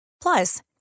Plus